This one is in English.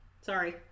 Sorry